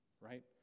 right